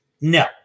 no